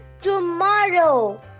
tomorrow